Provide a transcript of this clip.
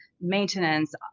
maintenance